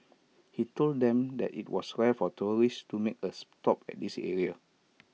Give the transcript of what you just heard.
he told them that IT was rare for tourists to make A stop at this area